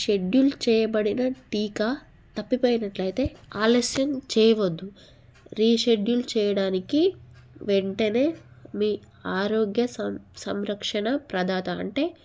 schedule చేయబడిన టీకా తప్పిపోయినట్టు అయితే ఆలస్యం చేయవద్దు రీషెడ్యూల్ చేయడానికి వెంటనే మీ ఆరోగ్య సం సంరక్షణ ప్రదాత అంటే